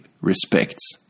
respects